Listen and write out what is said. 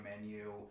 menu